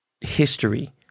history